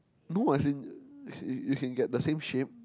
no as in you you can get the same shape